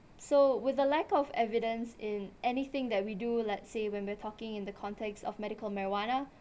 so with the lack of evidence in anything that we do let's say when we're talking in the context of medical marijuana